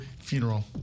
Funeral